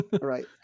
Right